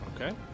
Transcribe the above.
Okay